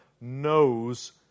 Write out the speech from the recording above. knows